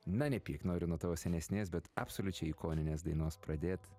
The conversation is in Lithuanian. na nepyk noriu nuo tavo senesnės bet absoliučiai ikoninės dainos pradėt